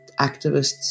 activists